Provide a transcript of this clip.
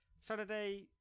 Saturday